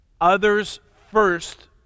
others-first